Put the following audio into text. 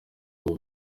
abo